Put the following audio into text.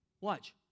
Watch